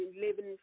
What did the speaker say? living